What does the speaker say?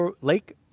Lake